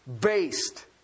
based